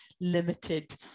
limited